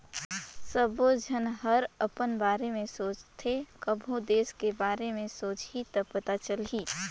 सबो झन हर अपन बारे में सोचथें कभों देस के बारे मे सोंचहि त पता चलही